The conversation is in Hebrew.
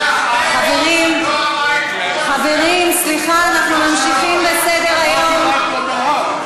חברים, סליחה, אנחנו ממשיכים בסדר-היום.